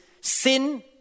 sin